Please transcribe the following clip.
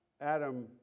Adam